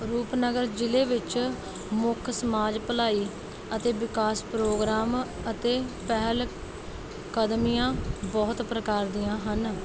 ਰੂਪਨਗਰ ਜ਼ਿਲ੍ਹੇ ਵਿੱਚ ਮੁੱਖ ਸਮਾਜ ਭਲਾਈ ਅਤੇ ਵਿਕਾਸ ਪ੍ਰੋਗਰਾਮ ਅਤੇ ਪਹਿਲਕਦਮੀਆਂ ਬਹੁਤ ਪ੍ਰਕਾਰ ਦੀਆਂ ਹਨ